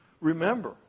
Remember